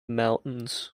mountains